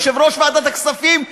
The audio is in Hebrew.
יושב-ראש ועדת הכספים,